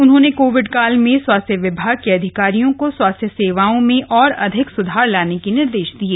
उन्होंने कोविड काल में स्वास्थ्य विभाग के अधिकारियों को स्वास्थ्य सेवाओं में और अधिक सुधार लाने के निर्देश दिये